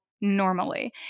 normally